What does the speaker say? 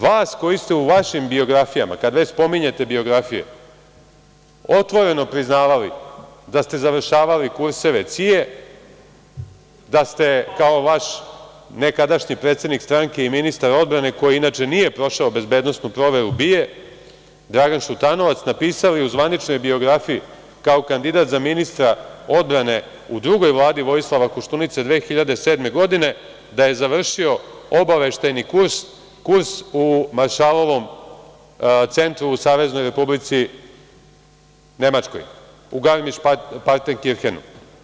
Vas koji ste u vašim biografijama, kad već spominjete biografije, otvoreno priznavali da ste završavali kurseve CIA, da ste kao vaš nekadašnji predsednik stranke i ministar odbrane, koji inače nije prošao bezbednosnu proveru BIA, Dragan Šutanovac, napisali u zvaničnoj biografiji kao kandidat za ministra odbrane u drugoj vladi Vojislava Koštunice 2007. godine, da je završio obaveštajni kurs u Maršalovom centru u Saveznoj Republici Nemačkoj, u Garmišpartenkirhenu.